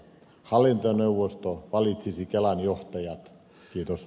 hallintoneuvosto valitsisi kelan johtajat